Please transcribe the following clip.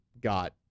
got